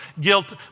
guilt